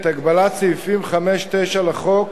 הגבלת סעיפים 5 9 לחוק,